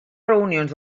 reunions